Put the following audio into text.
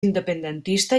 independentista